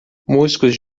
músicos